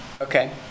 Okay